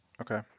Okay